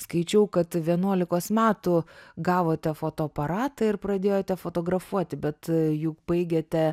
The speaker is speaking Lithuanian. skaičiau kad vienuolikos metų gavote fotoaparatą ir pradėjote fotografuoti bet juk baigėte